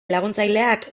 laguntzaileak